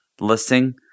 listing